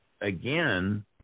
again